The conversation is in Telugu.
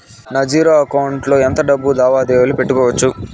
నా జీరో అకౌంట్ లో ఎంత డబ్బులు లావాదేవీలు పెట్టుకోవచ్చు?